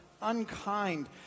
unkind